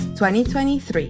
2023